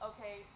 Okay